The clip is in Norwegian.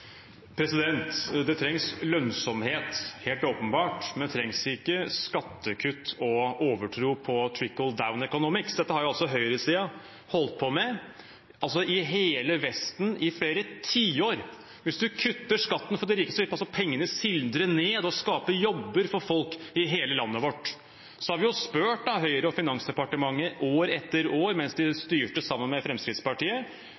Det trengs lønnsomhet – helt åpenbart, men det trengs ikke skattekutt og overtro på «trickle-down economics». Dette har høyresiden i hele Vesten holdt på med i flere tiår – at hvis man kutter skatten for de rikeste, vil pengene sildre ned og skape jobber for folk i hele landet. Vi har spurt Høyre og Finansdepartementet år etter år mens de